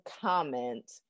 comment